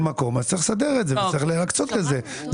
מקום אז צריך לסדר את זה וצריך להקצות את זה.